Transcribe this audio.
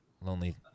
lonely